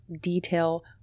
detail